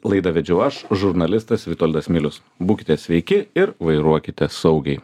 laidą vedžiau aš žurnalistas vitoldas milius būkite sveiki ir vairuokite saugiai